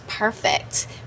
perfect